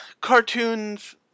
Cartoons